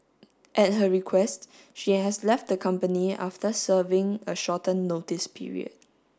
at her request she has left the company after serving a shortened notice period